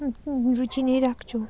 रुचि नै राख्छौँ